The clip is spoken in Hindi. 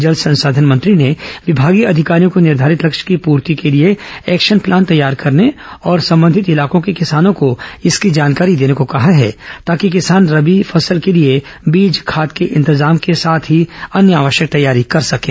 जल संसाधन मंत्री ने विमागीय अधिकारियों को निर्धारित लक्ष्य की पूर्ति के लिए एक्शन प्लान तैयार करने और संबंधित इलाकों के किसानों को इसकी जानकारी देने को कहा है ताकि किसान रबी फसल के लिए बीज खाद के इंतजाम के साथ ही अन्य आवश्यक तैयारी कर सकें